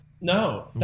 No